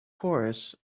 course